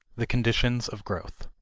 the conditions of growth.